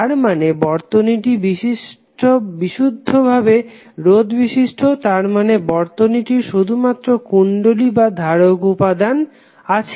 তার মানে বর্তনীটি বিশুদ্ধ ভাবে রোধ বিশিষ্ট তার মানে বর্তনীটির শুধুমাত্র কুণ্ডলী বা ধারক উপাদান আছে